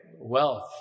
wealth